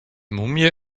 mumie